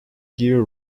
gear